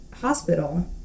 hospital